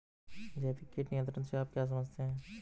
जैविक कीट नियंत्रण से आप क्या समझते हैं?